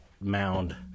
mound